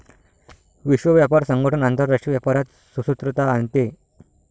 विश्व व्यापार संगठन आंतरराष्ट्रीय व्यापारात सुसूत्रता आणते